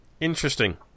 Interesting